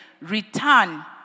Return